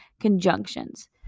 conjunctions